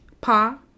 Pa